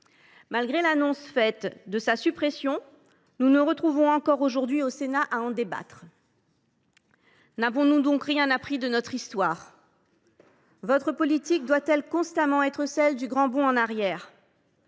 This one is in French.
Malgré l’annonce de sa suppression, nous nous retrouvons aujourd’hui au Sénat pour continuer d’en débattre. N’avons nous donc rien appris de notre histoire ? Votre politique doit elle constamment être celle du grand bond en arrière ?